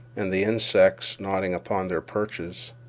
and the insects, nodding upon their perches,